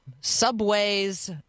subways